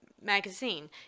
magazine